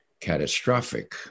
catastrophic